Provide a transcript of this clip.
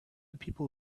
people